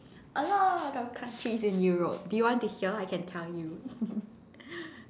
a lot of countries in Europe do you want to hear I can tell you